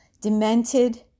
demented